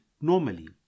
normally